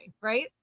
right